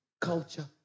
culture